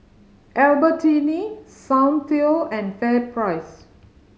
Albertini Soundteoh and FairPrice